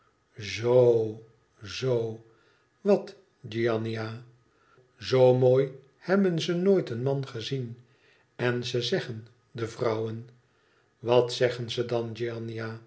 zoo zoo wat giannina zoo mooi hebben ze nooit een man gezien en ze zeggen de vrouwen wat zeggen ze dan